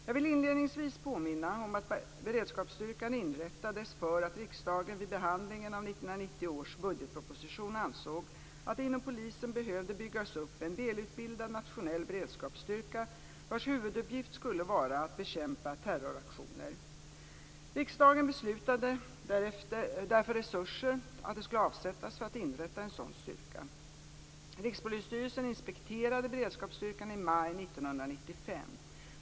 Jag vill inledningsvis påminna om att beredskapsstyrkan inrättades därför att riksdagen vid behandlingen av 1990 års budgetproposition ansåg att det inom polisen behövde byggas upp en välutbildad nationell beredskapsstyrka vars huvuduppgift skulle vara att bekämpa terroraktioner. Riksdagen beslutade därför att resurser skulle avsättas för att inrätta en sådan styrka. Rikspolisstyrelsen inspekterade beredskapsstyrkan i maj 1995.